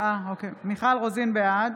בעד